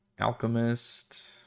Alchemist